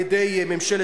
נדמה לי שאין נאום,